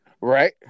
Right